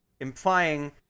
implying